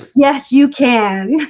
yes, you can